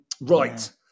right